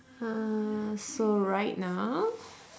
uh so right now